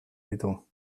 ditu